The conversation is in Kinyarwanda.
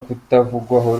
kutavugwaho